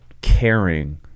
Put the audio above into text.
caring